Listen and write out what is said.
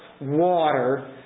water